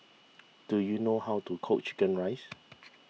do you know how to cook Chicken Rice